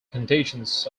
conditions